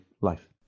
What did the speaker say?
life